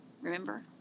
Remember